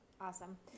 Awesome